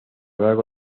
largo